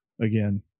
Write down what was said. again